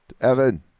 Evan